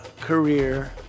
career